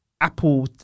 Apple